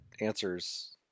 answers